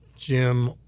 Jim